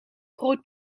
groot